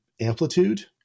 amplitude